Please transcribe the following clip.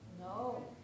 no